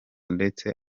ndetse